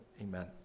Amen